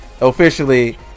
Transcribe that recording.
Officially